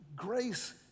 Grace